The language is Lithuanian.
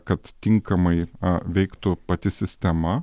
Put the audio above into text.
kad tinkamai veiktų pati sistema